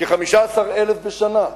כ-15,000 בשנה,